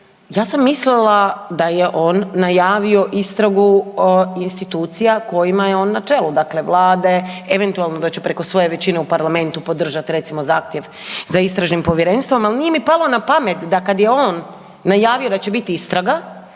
ja sam mislila da je on najavio istragu institucija kojima je on na čelu, dakle Vlade eventualno da će preko svoje većine u parlamentu podržat recimo zahtjev za istražnim povjerenstvom, ali nije mi palo na pamet da kad je on najavio da će biti istraga